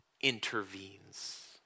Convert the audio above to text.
intervenes